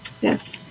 Yes